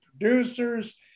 producers